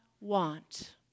Want